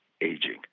aging